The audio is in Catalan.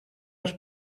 els